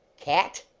cat?